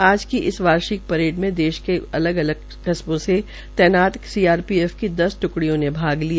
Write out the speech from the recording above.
आज की इस वार्षिक परेड में देश के अलग अलग सेक्टरों में तैनात सीआरपीएफ की दस ट्कडिय़ों ने भाग लिया